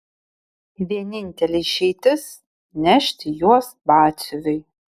vienintelė išeitis nešti juos batsiuviui